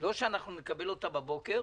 לא שאנחנו נקבל אותה בבוקר,